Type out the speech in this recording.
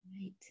right